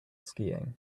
skiing